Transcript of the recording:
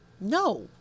No